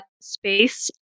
space